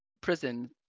prison